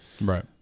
Right